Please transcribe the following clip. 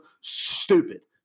stupid